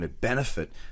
benefit